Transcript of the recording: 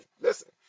Listen